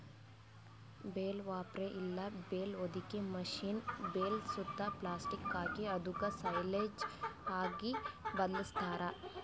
bale wrapper ಇಲ್ಲ bale ಹೊದಿಕೆ machine bale ಸುತ್ತಾ ಪ್ಲಾಸ್ಟಿಕ್ ಹಾಕಿ ಅದುಕ್ ಸೈಲೇಜ್ ಆಗಿ ಬದ್ಲಾಸ್ತಾರ್